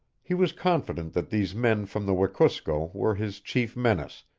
he was confident that these men from the wekusko were his chief menace,